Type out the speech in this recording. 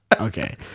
Okay